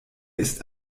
ist